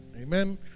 Amen